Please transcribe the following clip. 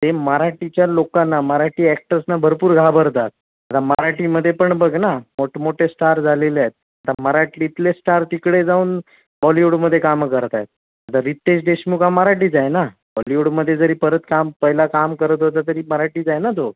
ते मराठीच्या लोकांना मराठी ॲक्टर्सना भरपूर घाबरतात आता मराठीमध्ये पण बघ ना मोठमोठे स्टार झालेले आहेत आता मराठीतले स्टार तिकडे जाऊन बॉलिवूडमध्ये कामं करत आहेत आता रितेश देशमुख हा मराठीच आहे ना बॉलिवूडमध्ये जरी परत काम पहिला काम करत होता तरी मराठीच आहे ना तो